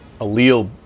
allele